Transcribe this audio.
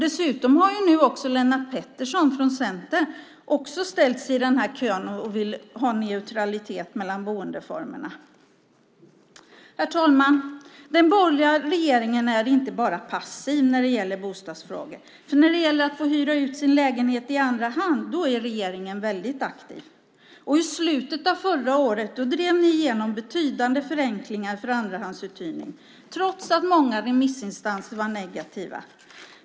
Dessutom har Lennart Pettersson från Centern också ställt sig i kön och vill ha neutralitet mellan boendeformerna. Herr talman! Den borgerliga regeringen är inte enbart passiv när det gäller bostadsfrågor, för när det gäller att kunna hyra ut sin lägenhet i andra hand är regeringen väldigt aktiv. I slutet av förra året drev majoriteten igenom betydande förenklingar för andrahandsuthyrning trots att många remissinstanser var negativa.